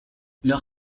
leur